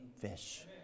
fish